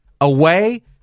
Away